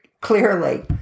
clearly